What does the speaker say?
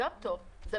גם טוב.